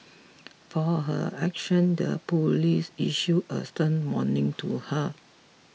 for her actions the police issued a stern warning to her